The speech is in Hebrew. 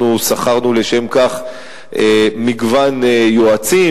אנחנו שכרנו לשם כך מגוון יועצים,